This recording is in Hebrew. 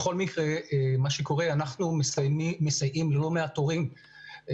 אנחנו מסייעים ללא מעט הורים,